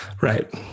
Right